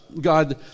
God